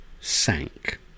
sank